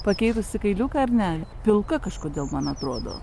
pakeitusi kailiuką ar ne pilka kažkodėl man atrodo